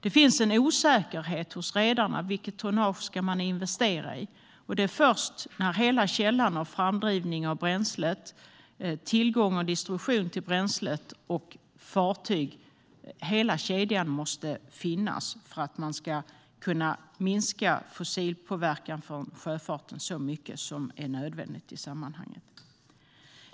Det finns en osäkerhet hos redarna om vilket tonnage man ska investera i. Hela kedjan med framdrivning av bränslet, tillgång och distribution till fartyg måste finnas för att man ska kunna minska fossilpåverkan från sjöfarten så mycket som är nödvändigt i sammanhanget.